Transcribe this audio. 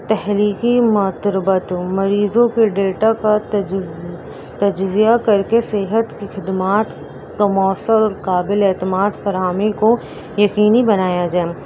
تحریکی ماں تربت مریضوں کے ڈیٹا کا تج تجزیہ کر کی صحت کی خدمات کا مؤثر کابل اعتماد فراہمی کو یکینی بنایا جائے